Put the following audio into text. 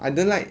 I don't like